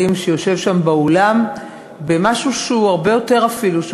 שיושב שם באולם במשהו שהוא הרבה יותר אפילו,